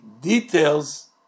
details